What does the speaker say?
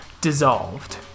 Dissolved